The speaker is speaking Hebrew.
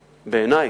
בעיני,